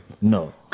No